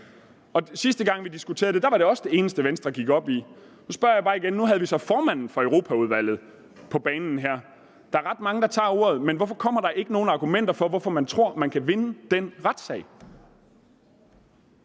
Sidste gang vi diskuterede det, var det også det eneste, Venstre gik op i. Nu stiller jeg bare igen et spørgsmål. Nu havde vi så formanden for Europaudvalget på banen her. Der er ret mange, der tager ordet, men hvorfor kommer der ikke nogen argumenter for, hvorfor man tror man kan vinde den retssag?